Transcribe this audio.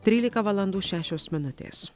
trylika valandų šešios minutės